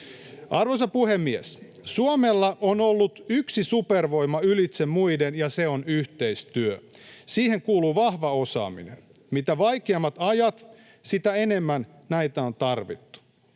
Arvoisa puhemies! Suomella on ollut yksi supervoima ylitse muiden, ja se on yhteistyö. Siihen kuuluu vahva osaaminen. Mitä vaikeammat ajat, sitä enemmän näitä on tarvittu.